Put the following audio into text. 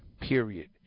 period